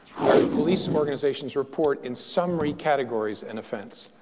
where police organizations report, in summary categories and offense.